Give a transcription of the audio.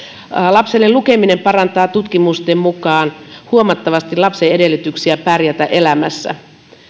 lapselle lukeminen parantaa tutkimusten mukaan huomattavasti lapsen edellytyksiä pärjätä elämässä